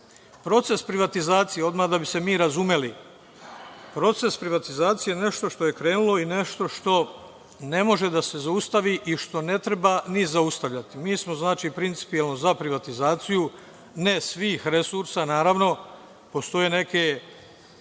privatizacije, da bi se mi razumeli, je nešto što je krenulo i nešto što ne može da se zaustavi i što ne treba ni zaustavljati. Mi smo principijelno za privatizaciju. Ne svih resursa, naravno. Postoje neke